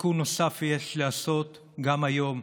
תיקון נוסף יש לעשות גם היום,